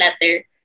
letter